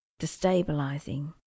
destabilizing